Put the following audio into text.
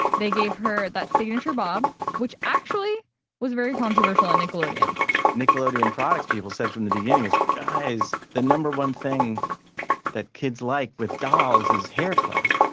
they gave her that signature bob, which actually was very controversial on nickelodeon nickelodeon products people said from the beginning is, guys, the no. one thing that kids like with dolls is hair play.